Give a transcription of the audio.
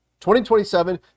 2027